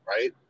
right